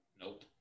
Nope